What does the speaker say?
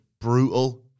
brutal